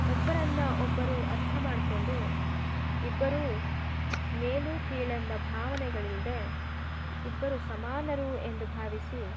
ಒಬ್ಬರನ್ನ ಒಬ್ಬರು ಅರ್ಥ ಮಾಡ್ಕೊಂಡು ಇಬ್ಬರು ಮೇಲು ಕೀಳೆಂಬ ಭಾವನೆಗಳಿಲ್ಲದೇ ಇಬ್ಬರು ಸಮಾನರು ಎಂದು ಭಾವಿಸಿ